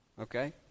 okay